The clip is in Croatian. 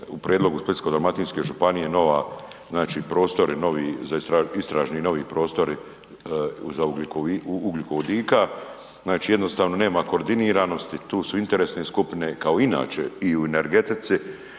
u prijedlogu Splitsko-dalmatinske županije znači prostori istražni novi prostori za ugljikovodika, znači jednostavno nema koordiniranosti. Tu su interesne skupine kao i inače i u energetici